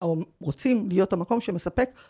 או רוצים להיות המקום שמספק.